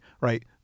right